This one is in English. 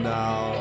now